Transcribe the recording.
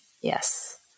Yes